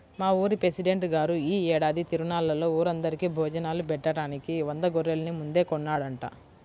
మా ఊరి పెసిడెంట్ గారు యీ ఏడాది తిరునాళ్ళలో ఊరందరికీ భోజనాలు బెట్టడానికి వంద గొర్రెల్ని ముందే కొన్నాడంట